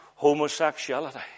Homosexuality